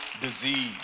disease